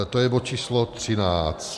To je bod číslo 13.